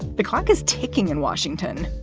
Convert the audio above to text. the clock is ticking in washington.